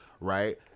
right